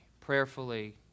Prayerfully